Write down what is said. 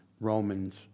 Romans